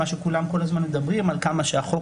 מה שכולם כל הזמן מדברים על כמה שהחוק,